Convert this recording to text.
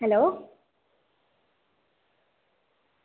hello